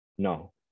No